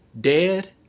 dead